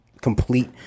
complete